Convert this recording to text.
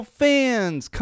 fans